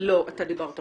לא, אתה דיברת מספיק,